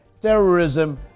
terrorism